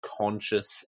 conscious